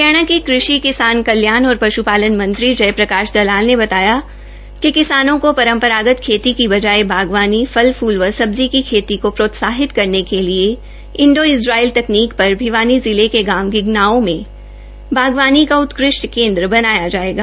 हरियाणा के कृषि किसान कल्याण तथा पश्पालन मंत्री श्री जयप्रकाश दलाल ने बताया कि किसानों को परंपरागत खेती की बजाय बागवानी फल फुल व सब्जी की खेती को प्रोत्साहित करने के लिए इंडो इजराईल तकनीक पर भिवानी जिला के गांव गिगनाऊ में बागवानी का उत्कृष्ट केंद्र बनाया जाएगा